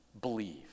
believe